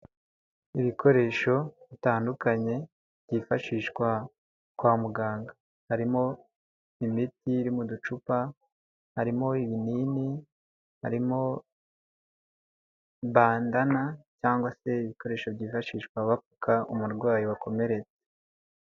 Ibikoresho bitandukanye byifashishwa kwa muganga. Harimo imiti iri mu ducupa, harimo ibinini, harimo bandana, cyangwa se ibikoresho byifashishwa bapfuka umurwayi wakomeretse.